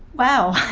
wow,